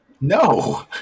No